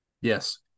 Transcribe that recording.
Yes